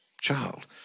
child